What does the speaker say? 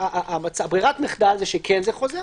ברירת המחדל שכן זה חוזר,